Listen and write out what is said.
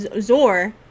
Zor